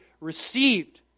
received